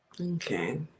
okay